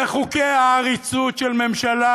בחוקי העריצות של ממשלה,